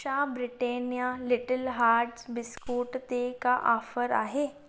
छा Britannia little hearts biscuit ते का ऑफ़र आहे